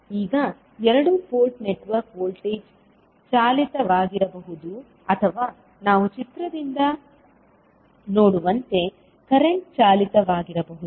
ಈಗ ಎರಡು port network voltage ಚಾಲಿತವಾಗಿರಬಹುದು ಅಥವಾ ನಾವು ಚಿತ್ರದಿಂದ ನೋಡುವಂತೆ ಕರೆಂಟ್ ಚಾಲಿತವಾಗಿರಬಹುದು